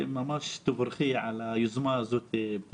תבורכי על היוזמה הזאת, אבתיסאם,